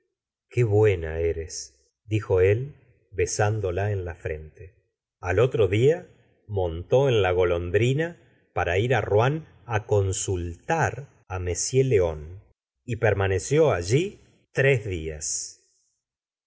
qué buena eres dijo él besándola en la frente al otro di a montó en la golondrina para ir á rouen á consultar á m león y permaneció alli tres días